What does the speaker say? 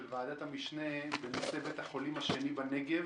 ועדת המשנה בנושא בית החולים השני בנגב